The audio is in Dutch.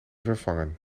vervangen